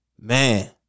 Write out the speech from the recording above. Man